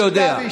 יוגש כתב אישום.